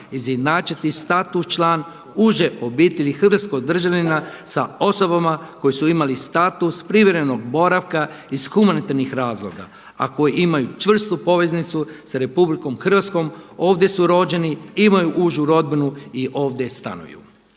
izjednačiti status član uže obitelji hrvatskog državljanina sa osobama koji su imali status privremenog boravka iz humanitarnih razloga, a koji imaju čvrstu poveznicu sa Republikom Hrvatskom ovdje su rođeni, imaju užu rodbinu i ovdje stanuju.